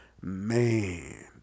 man